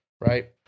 right